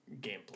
gameplay